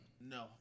No